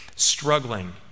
struggling